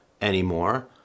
anymore—